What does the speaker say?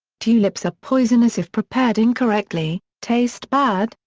tulips are poisonous if prepared incorrectly, taste bad,